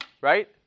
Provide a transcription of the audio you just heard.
right